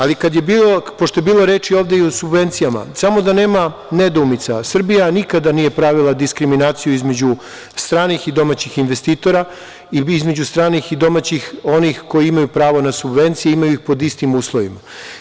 Ali, pošto je bilo ovde reči i o subvencijama, samo da nema nedoumica, Srbija nikada nije pravila diskriminaciju između stranih i domaćih investitora i između stranih i domaćih onih koji imaju pravo na subvencije, imaju ih pod istim uslovima.